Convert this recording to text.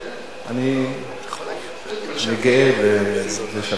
אני גאה בזה שאנחנו בסיעה